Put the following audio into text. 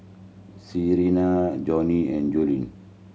Salena Joni and Julien